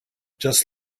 just